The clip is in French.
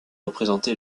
représenté